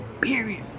period